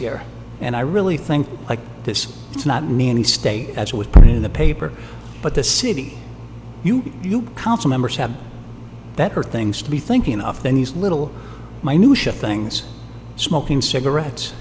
here and i really think like this it's not nanny state as it was put in the paper but the city you council members have better things to be thinking of than these little my new shift things smoking cigarettes